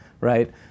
right